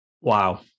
wow